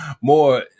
more